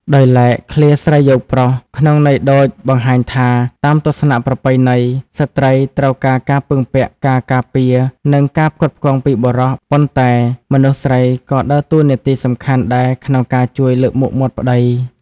ដោយឡែក ឃ្លា ស្រីយោងប្រុស ក្នុងន័យដូចបង្ហាញថា តាមទស្សនៈប្រពៃណី ស្ត្រីត្រូវការការពឹងពាក់ ការការពារ និងការផ្គត់ផ្គង់ពីបុរស ប៉ុន្តែមនុស្សស្រីក៏ដើរតួនាទីសំខាន់ដែរក្នុងការជួយលើកមុខមាត់ប្ដី។